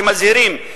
שמזהירים,